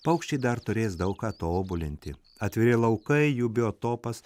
paukščiai dar turės daug ką tobulinti atviri laukai jų biotopas